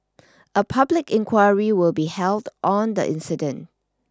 a public inquiry will be held on the incident